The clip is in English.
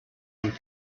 and